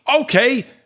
Okay